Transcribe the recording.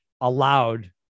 allowed